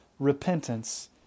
repentance